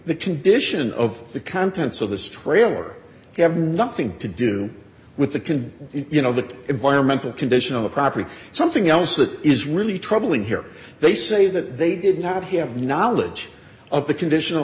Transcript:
the condition of the contents of this trailer have nothing to do with the can you know the environmental condition of the property or something else that is really troubling here they say that they did not have knowledge of the conditional